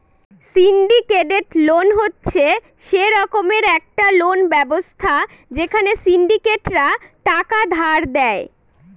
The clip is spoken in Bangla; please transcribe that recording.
সিন্ডিকেটেড লোন হচ্ছে সে রকমের একটা লোন ব্যবস্থা যেখানে সিন্ডিকেটরা টাকা ধার দেয়